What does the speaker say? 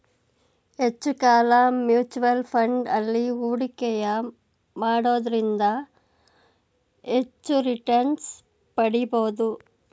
ಹೆಚ್ಚು ಕಾಲ mutual fund ಅಲ್ಲಿ ಹೂಡಿಕೆಯ ಮಾಡೋದ್ರಿಂದ ಹೆಚ್ಚು ರಿಟನ್ಸ್ ಪಡಿಬೋದು